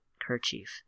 kerchief